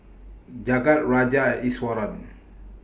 Jagat Raja and Iswaran